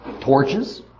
torches